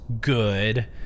good